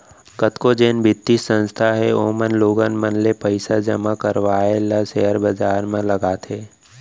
कतको जेन बित्तीय संस्था हे ओमन लोगन मन ले पइसा जमा करवाय ल सेयर बजार म लगाथे